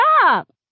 stop